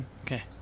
Okay